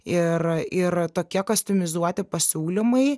ir ir tokie kostimizuoti pasiūlymai